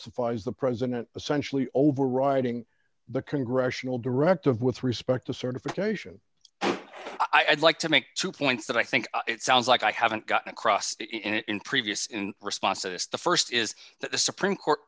justifies the president essentially overriding the congressional directive with respect to certification i'd like to make two points that i think it sounds like i haven't gotten across in previous in response to this the st is that the supreme court